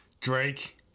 Drake